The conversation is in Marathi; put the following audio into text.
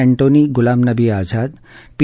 Antonie Ghulam Nabi Azad P